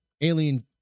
Alien